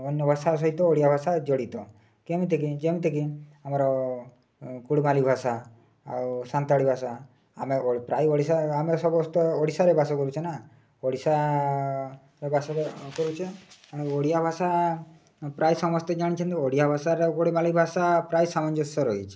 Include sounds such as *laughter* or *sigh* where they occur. ଅନ୍ୟ ଭାଷା ସହିତ ଓଡ଼ିଆଭାଷା ଜଡ଼ିତ କେମିତିକି ଯେମିତିକି ଆମର କୁଡ଼ିମାଲିକ ଭାଷା ଆଉ ସାନ୍ତାଳୀ ଭାଷା ଆମେ ପ୍ରାୟ ଓଡ଼ିଶା ଆମେ ସମସ୍ତେ ଓଡ଼ିଶାରେ ବାସ କରୁଛେ ନା ଓଡ଼ିଶା ବାସ କରୁଛେ *unintelligible* ଓଡ଼ିଆଭାଷା ପ୍ରାୟ ସମସ୍ତେ ଜାଣିଛନ୍ତି ଓଡ଼ିଆ ଭାଷାରେ *unintelligible* ଭାଷା ପ୍ରାୟ ସାମଞ୍ଜସ୍ୟ ରହିଛି